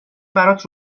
برات